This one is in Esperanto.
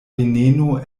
veneno